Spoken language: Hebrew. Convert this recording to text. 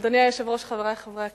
אדוני היושב-ראש, חברי חברי הכנסת,